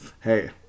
Hey